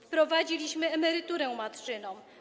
Wprowadziliśmy emeryturę matczyną.